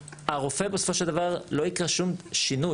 הרופא בסופו של דבר, לא יקרה שום שינוי.